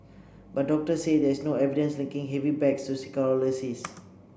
but doctors say there is no evidence linking heavy bags to scoliosis